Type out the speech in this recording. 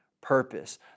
purpose